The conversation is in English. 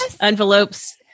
envelopes